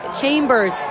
Chambers